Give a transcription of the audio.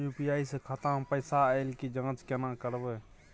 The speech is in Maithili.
यु.पी.आई स खाता मे पैसा ऐल के जाँच केने करबै?